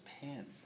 pen